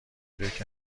روکه